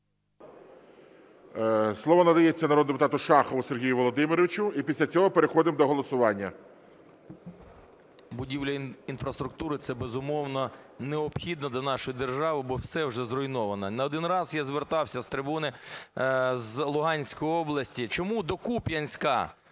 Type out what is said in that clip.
Слово надається народному депутату Шахову Сергію Володимировичу. І після цього переходимо до голосування. 12:58:34 ШАХОВ С.В. Будівля інфраструктури – це, безумовно, необхідно для нашої держави, бо все зруйновано. Не один раз я звертався з трибуни з Луганської області: чому до Куп'янська